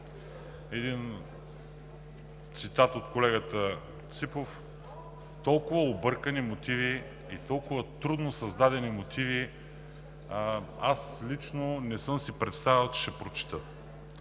с цитат на колегата Ципов: толкова объркани мотиви и толкова трудно създадени мотиви аз лично не съм си представял, че ще прочета,